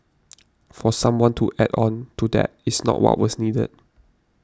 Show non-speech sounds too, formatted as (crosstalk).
(noise) for someone to add on to that is not what was needed